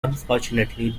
unfortunately